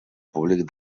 públic